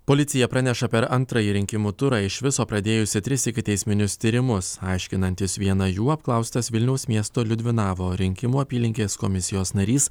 policija praneša per antrąjį rinkimų turą iš viso pradėjusi tris ikiteisminius tyrimus aiškinantis vieną jų apklaustas vilniaus miesto liudvinavo rinkimų apylinkės komisijos narys